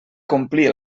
complir